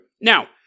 Now